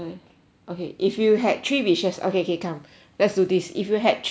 okay if you had three wishes okay okay come let's do this if you had three wishes